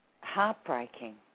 Heartbreaking